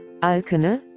Alkene